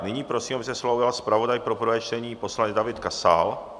Nyní prosím, aby se slova ujal zpravodaj pro prvé čtení poslanec David Kasal.